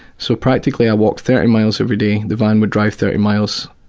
so practically i walked thirty miles every day. the van would drive thirty miles,